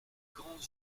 grands